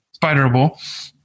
spiderable